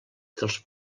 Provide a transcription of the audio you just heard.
dels